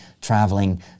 traveling